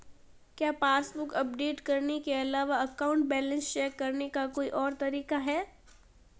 क्या passbook update करने के अलावा अकाउंट बैलेंस चेक करने का कोई और तरीका है?